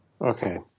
Okay